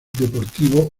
deportivo